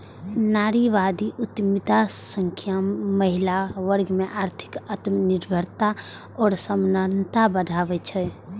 नारीवादी उद्यमिता सं महिला वर्ग मे आर्थिक आत्मनिर्भरता आ समानता बढ़ै छै